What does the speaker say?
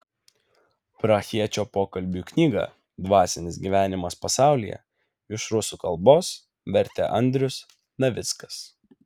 prahiečio pokalbių knygą dvasinis gyvenimas pasaulyje iš rusų kalbos vertė andrius navickas